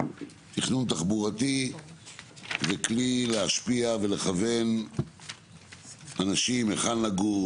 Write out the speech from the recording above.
תכנון תחבורתי זה כלי להשפיע ולכוון אנשים היכן לגור,